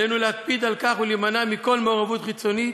עלינו להקפיד על כך ולהימנע מכל מעורבות חיצונית.